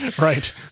Right